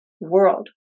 world